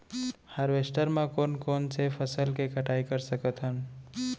Harvester म कोन कोन से फसल के कटाई कर सकथन?